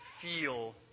feel